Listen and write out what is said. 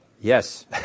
Yes